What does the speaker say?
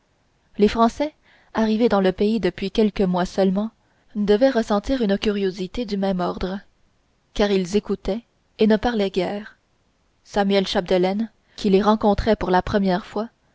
les français arrivés dans le pays depuis quelques mois seulement devaient ressentir une curiosité du même ordre car ils écoutaient et ne parlaient guère samuel chapdelaine qui les rencontrait pour la première fois